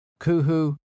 Kuhu